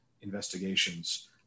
investigations